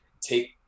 take